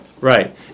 Right